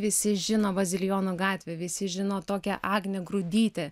visi žino bazilijonų gatvę visi žino tokią agnę grudytę